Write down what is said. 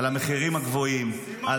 המחירים הגבוהים --- סימון,